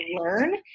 learn